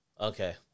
Okay